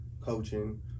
coaching